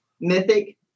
Mythic